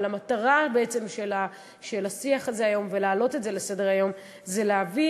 אבל המטרה בעצם של השיח הזה היום בלהעלות את זה לסדר-היום היא להביא